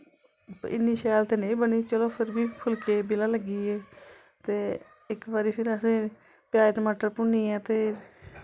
इन्नी शैल ते नेईं बनी पर चलो फिर बी फुल्के बेला लग्गी गे ते इक बारी फिर असें प्याज टमाटर भुन्नियैं ते